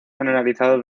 generalizado